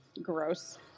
Gross